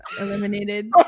eliminated